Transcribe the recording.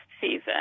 season